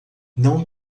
não